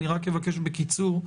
אני רק אבקש בקיצור,